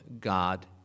God